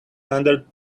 hundredth